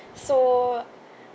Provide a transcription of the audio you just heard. so